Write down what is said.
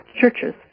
churches